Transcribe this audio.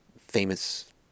famous